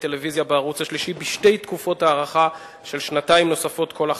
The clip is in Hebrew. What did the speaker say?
טלוויזיה בערוץ השלישי בשתי תקופות הארכה של שנתיים נוספות כל אחת.